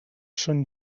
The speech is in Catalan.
són